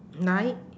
like